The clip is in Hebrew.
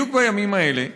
בדיוק בימים האלה,